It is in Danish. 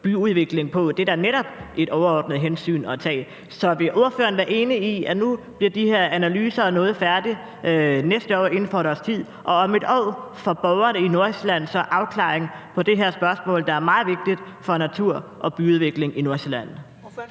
byudvikling på? Det er da netop et overordnet hensyn at tage. Så vil ordføreren være enig i, at nu bliver de her analyser og andre ting færdige til næste år, inden for et års tid, og om 1 år får borgerne i Nordsjælland så afklaring på det her spørgsmål, der er meget vigtigt for natur og byudvikling i Nordsjælland?